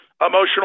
emotional